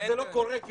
מפריע לי